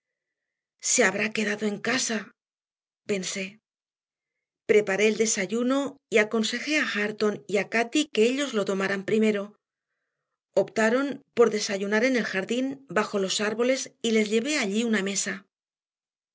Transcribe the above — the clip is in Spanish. se habrá quedado en casa pensé preparé el desayuno y aconsejé a hareton y a cati que ellos lo tomaran primero optaron por desayunar en el jardín bajo los árboles y les llevé allí una mesa